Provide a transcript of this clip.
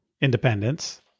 independence